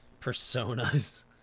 personas